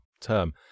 term